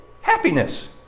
happiness